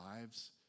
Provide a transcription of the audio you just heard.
lives